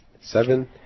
Seven